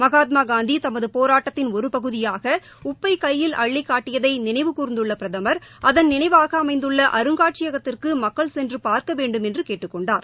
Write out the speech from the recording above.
மகாத்மாகாந்தி தமது போராட்டத்தின் ஒரு பகுதியாக உப்பை கையில் அள்ளி காட்டியதை நினைவு கூர்ந்துள்ள பிரதமா் அதன் நினைவாக அமைந்துள்ள அருங்காட்சியகத்திற்கு மக்கள் சென்று பார்க்க வேண்டும் என்று கேட்டுக் கொண்டார்